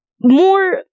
more